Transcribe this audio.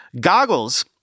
Goggles